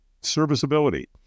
serviceability